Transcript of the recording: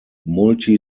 multi